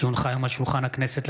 כי הונחו היום על שולחן הכנסת,